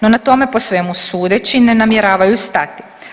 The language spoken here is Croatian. No, na tome po svemu sudeći ne namjeravaju stati.